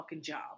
job